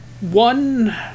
one